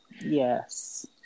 yes